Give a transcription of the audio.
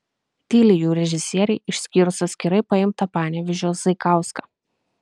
tyli jų režisieriai išskyrus atskirai paimtą panevėžio zaikauską